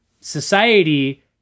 society